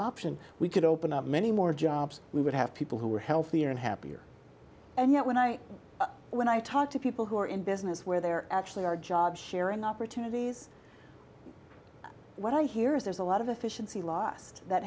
option we could open up many more jobs we would have people who are healthier and happier and yet when i when i talk to people who are in business where there actually are job sharing opportunities what i hear is there's a lot of efficiency lost that